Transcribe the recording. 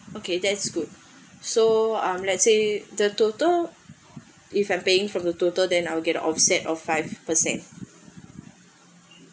okay that is good so um let's say the total if I'm paying from the total then I'll get the offset of five percent